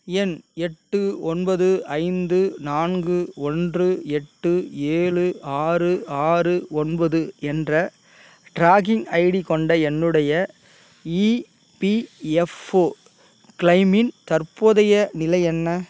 எண் எட்டு ஒன்பது ஐந்து நான்கு ஒன்று எட்டு ஏழு ஆறு ஆறு ஒன்பது என்ற ட்ராக்கிங் ஐடி கொண்ட என்னுடைய இபிஎஃப்ஓ கிளெய்மின் தற்போதைய நிலை என்ன